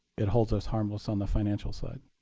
it holds us harmless on the financial side.